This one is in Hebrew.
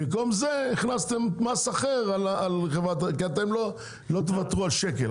במקום זה הכנסתם מס אחר, כי אתם לא תוותרו על שקל.